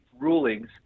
rulings